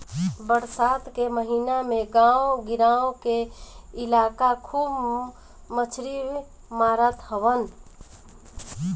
बरसात के महिना में गांव गिरांव के लईका खूब मछरी मारत हवन